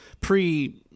pre-